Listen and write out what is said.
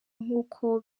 nk’uko